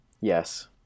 Yes